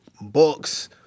books